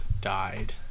died